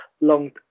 long